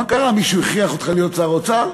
מה קרה, מישהו הכריח אותך להיות שר אוצר?